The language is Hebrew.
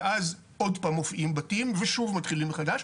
ואז עוד פעם מופיעים בתים ושוב מתחילים מחדש.